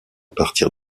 partir